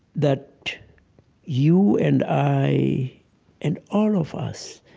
that you and i and all of us